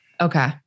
Okay